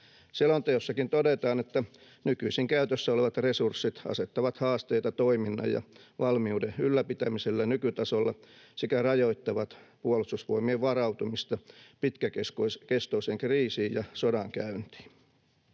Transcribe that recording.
Selonteossakin todetaan, että nykyisin käytössä olevat resurssit asettavat haasteita toiminnan ja valmiuden ylläpitämiselle nykytasolla sekä rajoittavat Puolustusvoimien varautumista pitkäkestoiseen kriisiin ja sodankäyntiin.